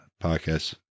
podcast